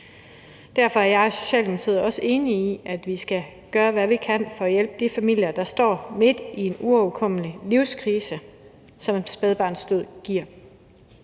Derfor er jeg og Socialdemokratiet også enige i, at vi skal gøre, hvad vi kan for at hjælpe de familier, der står midt i en uoverkommelig livskrise, som spædbarnsdød giver.